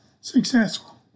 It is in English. successful